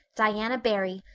diana barry,